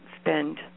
spend